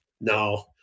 No